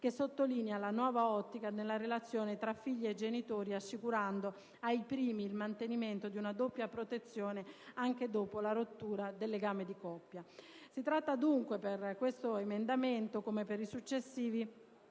che sottolinea la nuova ottica nella relazione tra figli e genitori, assicurando ai primi il mantenimento di una doppia protezione anche dopo la rottura del legame di coppia fra i genitori. Si tratta dunque, per quest'emendamento, come per gli altri,